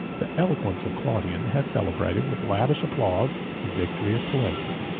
the eloquence of claudian has celebrated, with lavish applause, the victory of pollentia,